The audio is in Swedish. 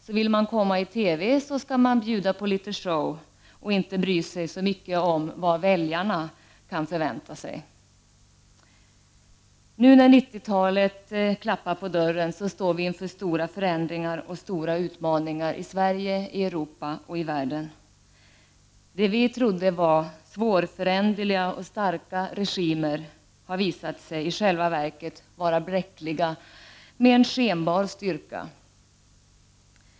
Så vill man komma i TV, skall man bjuda på litet show och inte bry sig så mycket om vad väljarna kan förvänta sig. Nu när 90-talet klappar på dörren, står vi inför stora förändringar och stora utmaningar i Sverige, i Europa och i världen. Det vi trodde vara svårföränderliga och starka regimer har visat sig i själva verket vara bräckliga, med en skenbar styrka.